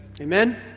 Amen